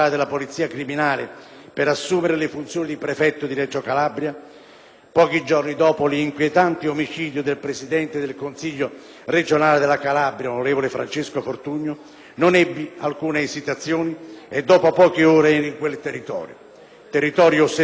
pochi giorni dopo l'inquietante omicidio del presidente del Consiglio regionale della Calabria, onorevole Francesco Fortugno, non ebbi alcuna esitazione e dopo poche ore ero in quel territorio. Un territorio ossessionato da una mafia violenta ed implacabile,